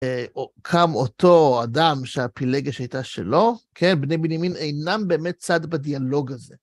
קם אותו אדם שהפילגש שהייתה שלו, כן, בני בנימין אינם באמת צד בדיאלוג הזה.